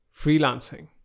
freelancing